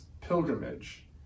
pilgrimage